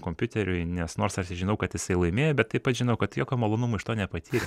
kompiuteriui nes nors aš žinau kad jisai laimėjo bet taip pat žinau kad jokio malonumo iš to nepatyrė